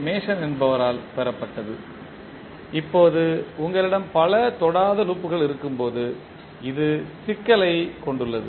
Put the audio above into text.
Mason என்பவரால் பெறப்பட்டது இப்போது உங்களிடம் பல தொடாத லூப்கள் இருக்கும்போது இது சிக்கலைக் கொண்டுள்ளது